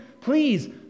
Please